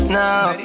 now